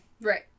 Right